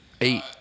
eight